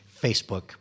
Facebook